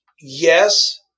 yes